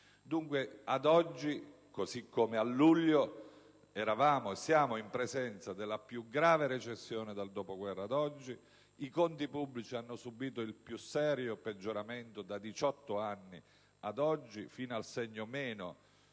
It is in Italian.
presenza, così come lo eravamo a luglio, della più grave recessione dal dopoguerra ad oggi. I conti pubblici hanno subito il più serio peggioramento da 18 anni ad oggi (fino al segno meno